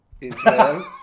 Israel